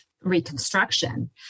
Reconstruction